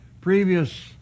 previous